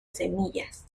semillas